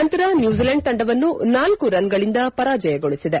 ನಂತರ ನ್ಯೂಜಲೆಂಡ್ ತಂಡವನ್ನು ನಾಲ್ಕು ರನ್ಗಳಿಂದ ಪರಾಜಯಗೊಳಿಸಿದೆ